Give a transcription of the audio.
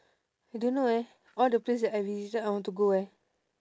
I don't know eh all the place that I visited I want to go eh